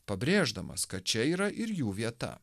pabrėždamas kad čia yra ir jų vieta